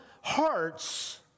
hearts